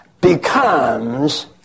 becomes